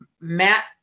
Matt